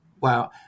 Wow